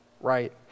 right